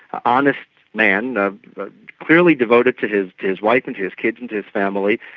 honest man, ah but clearly devoted to to his wife and his kids and his family,